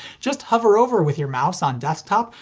just hover over with your mouse on desktop,